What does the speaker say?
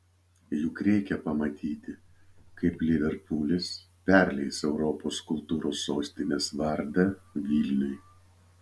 juk reikia pamatyti kaip liverpulis perleis europos kultūros sostinės vardą vilniui